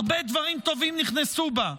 הרבה דברים טובים נכנסו בה,